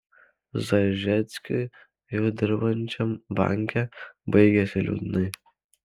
zažeckiui jau dirbančiam banke baigėsi liūdnai